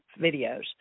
videos